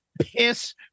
piss